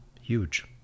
huge